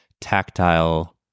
tactile